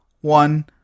one